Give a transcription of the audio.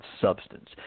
substance